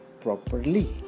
properly